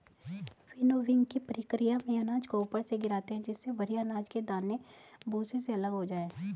विनोविंगकी प्रकिया में अनाज को ऊपर से गिराते है जिससे भरी अनाज के दाने भूसे से अलग हो जाए